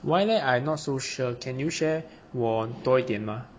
why leh I not so sure can you share 我多一点吗